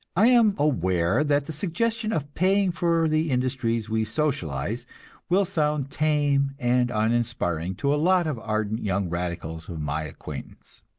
i am aware that the suggestion of paying for the industries we socialize will sound tame and uninspiring to a lot of ardent young radicals of my acquaintance.